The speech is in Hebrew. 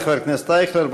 תודה לחבר הכנסת אייכלר.